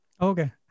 Okay